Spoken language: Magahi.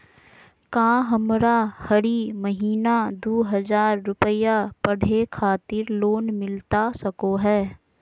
का हमरा हरी महीना दू हज़ार रुपया पढ़े खातिर लोन मिलता सको है?